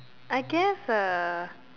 I guess a